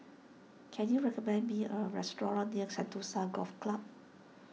can you recommend me a restaurant near Sentosa Golf Club